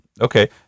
okay